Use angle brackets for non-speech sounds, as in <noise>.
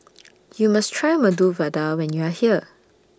<noise> YOU must Try Medu <noise> Vada when YOU Are here